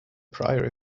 priory